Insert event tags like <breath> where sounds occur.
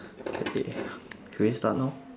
<breath> okay can we start now